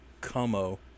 Como